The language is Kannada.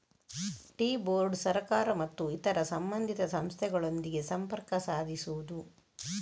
ಟೀ ಬೋರ್ಡ್ ಸರ್ಕಾರ ಮತ್ತು ಇತರ ಸಂಬಂಧಿತ ಸಂಸ್ಥೆಗಳೊಂದಿಗೆ ಸಂಪರ್ಕ ಸಾಧಿಸುವುದು